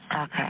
Okay